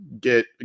get